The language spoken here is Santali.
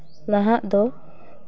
ᱱᱟᱦᱟᱜ ᱫᱚ